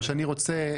אני רוצה